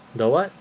the what